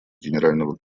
генерального